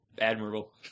admirable